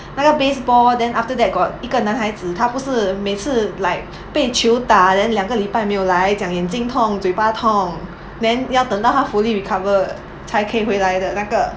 那个 baseball then after that got 一个男孩子他不是每次 like 被球打 then 两个礼拜没有来讲眼睛痛嘴巴痛 then 要等到他 fully recover 才可以回来的那个